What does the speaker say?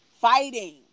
fighting